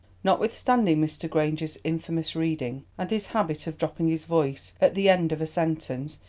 notwithstanding mr. granger's infamous reading, and his habit of dropping his voice at the end of a sentence,